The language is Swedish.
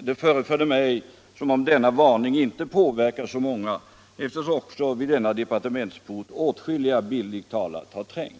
Det förefaller mig som om denna varning inte har påverkat så många, eftersom också vid denna departementsport åtskilliga har trängts, bildligt talat.